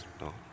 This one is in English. no